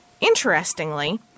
Interestingly